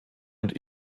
und